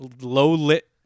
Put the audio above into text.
low-lit